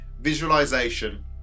visualization